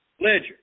ledger